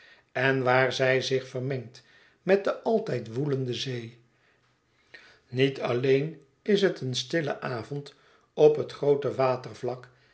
en waar zij zich vermengt met de altijd woelende zee niet alleen is het een stille avond op het groote